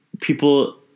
people